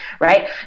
right